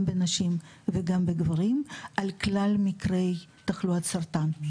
גם בנשים וגם בגברים על כלל מיקרי תחלואת סרטן.